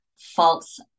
false